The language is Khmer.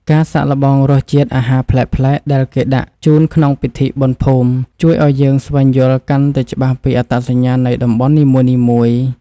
ការសាកល្បងរសជាតិអាហារប្លែកៗដែលគេដាក់ជូនក្នុងពិធីបុណ្យភូមិ ជួយឱ្យយើងស្វែងយល់កាន់តែច្បាស់ពីអត្តសញ្ញាណនៃតំបន់នីមួយៗ។